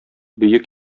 бөек